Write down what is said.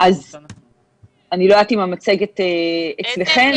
אני לא יודעת אם המצגת אצלכם,